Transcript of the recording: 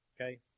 okay